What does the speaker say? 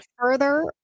further